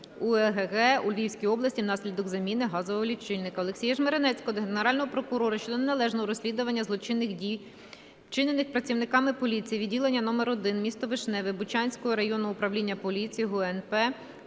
УЕГГ у Львівській області внаслідок заміни газового лічильника. Олексія Жмеренецького до Генерального прокурора щодо неналежного розслідування злочинних дій, вчинених працівниками поліції відділення номер 1 (місто Вишневе) Бучанського районного управління поліції ГУНП